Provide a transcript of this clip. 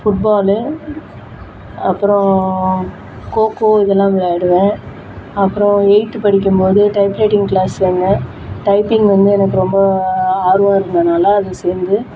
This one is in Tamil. ஃபுட்பாலு அப்பறம் கோக்கோ இதுலாம் விளையாடுவேன் அப்பறம் எய்த் படிக்கும்போது டைப்ரைட்டிங் கிளாஸ்ங்க டைப்பிங் வந்து எனக்கு ரொம்ப ஆர்வம் இருந்ததினால அதில் சேர்ந்து